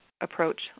approach